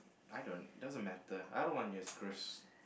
I don't doesn't matter I don't want your screws